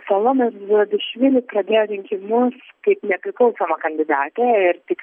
salomė zurabišvili pradėjo rinkimus kaip nepriklausoma kandidatė ir tik